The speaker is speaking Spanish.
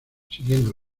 siguiendo